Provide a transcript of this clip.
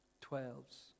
Twelves